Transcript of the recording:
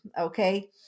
okay